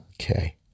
Okay